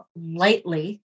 lightly